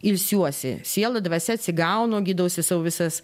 ilsiuosi siela dvasia atsigaunu gydausi sau visas